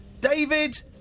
David